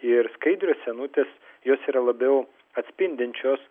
ir skaidrios senutės jos yra labiau atspindinčios